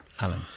Alan